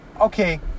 Okay